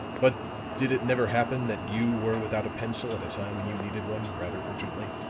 but did it never happen that you were without a pencil at a time when you needed one rather urgently?